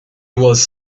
was